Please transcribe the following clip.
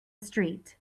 street